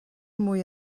mwy